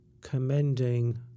commending